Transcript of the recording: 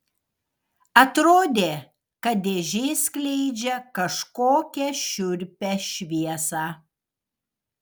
atrodė kad dėžė skleidžia kažkokią šiurpią šviesą